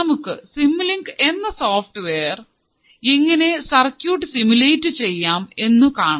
നമുക്ക് സിമുലിംക് എന്ന സോഫ്റ്റ്വെയറിൽ എങ്ങിനെ സർക്യൂട്ട് സിമുലേറ്റ് ചെയ്യാം എന്നു കാണാം